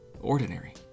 Ordinary